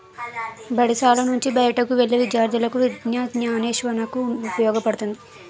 బడిశాల నుంచి బయటకు వెళ్లే విద్యార్థులకు విజ్ఞానాన్వేషణకు ఉపయోగపడుతుంది